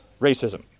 racism